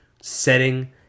setting